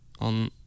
on